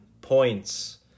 points